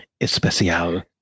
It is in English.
Especial